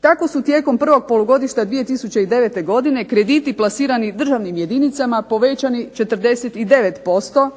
Tako su tijekom prvog polugodišta 2009. godine krediti plasirani državnim jedinicama povećani 49%,